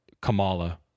Kamala